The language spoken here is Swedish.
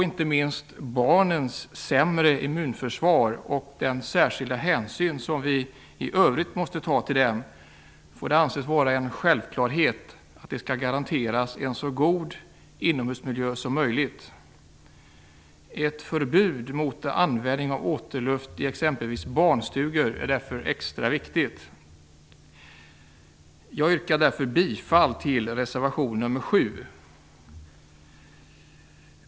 Inte minst med tanke på den särskilda hänsyn som vi måste ta till barnens sämre immunförsvar får det anses vara en självklarhet att en så god inomhusmiljö som möjligt garanteras. Ett förbud mot användning av återluft vid exempelvis barnstugor är därför extra viktigt. Jag yrkar därför bifall till reservation nr 7.